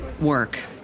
work